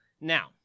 Now